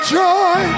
joy